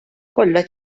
kollha